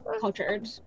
cultured